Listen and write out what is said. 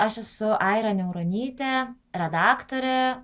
aš esu aira niauronytė redaktorė